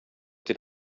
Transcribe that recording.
did